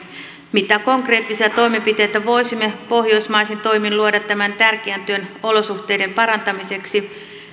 mitä konkreettisia toimenpiteitä voisimme pohjoismaisin toimin luoda tämän tärkeän työn olosuhteiden parantamiseksi